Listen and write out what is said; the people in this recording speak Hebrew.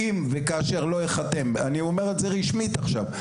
אם וכאשר לא ייחתם, אני אומר את זה רשמית עכשיו.